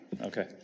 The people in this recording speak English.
Okay